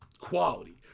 quality